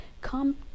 come